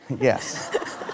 Yes